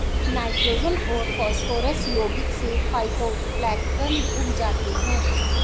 nitrogen और phosphorus यौगिक से फाइटोप्लैंक्टन उग जाते है